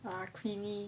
err queenie